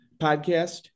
podcast